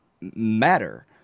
matter